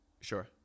Sure